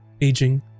aging